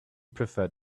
preferred